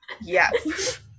Yes